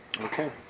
okay